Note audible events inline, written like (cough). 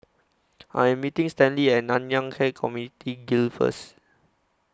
(noise) I Am meeting Stanley At Nanyang Khek Community Guild First